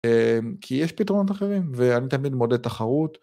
כי יש פתרונות אחרים ואני תמיד מעודד תחרות.